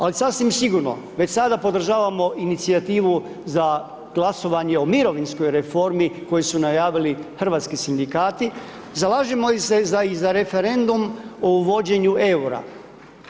Ali sasvim sigurno, već sada podržavamo inicijativu za glasovanje o mirovinskoj reformi koju su najavili hrvatski Sindikati, zalažemo se i za referendum o uvođenju EUR-a.